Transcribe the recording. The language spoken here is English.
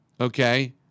okay